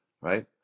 right